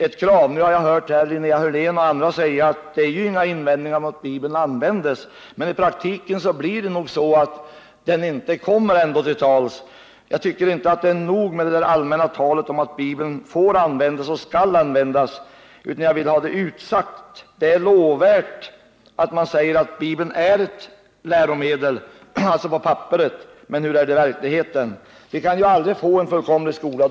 I dag har jag hört Linnea Hörlén och andra säga att det inte finns några invändningar mot att Bibeln används i skolan. Men i praktiken blir det nog så att den ändå inte kommer till tals. Jag tycker att vi har hört nog av allmänt tal om att Bibeln får och skall användas — jag vill ha det klart utsagt. Det är lovvärt att Bibeln är ett läromedel på papperet, men hur är det i verkligheten? Jag vet att vi aldrig kan få en fullkomlig skola.